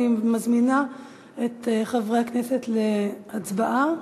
אני מזמינה את חברי הכנסת להצבעה.